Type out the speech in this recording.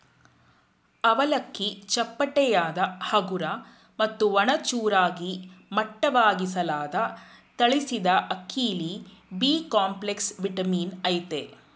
ಅವಲಕ್ಕಿ ಚಪ್ಪಟೆಯಾದ ಹಗುರ ಮತ್ತು ಒಣ ಚೂರಾಗಿ ಮಟ್ಟವಾಗಿಸಲಾದ ತಳಿಸಿದಅಕ್ಕಿಲಿ ಬಿಕಾಂಪ್ಲೆಕ್ಸ್ ವಿಟಮಿನ್ ಅಯ್ತೆ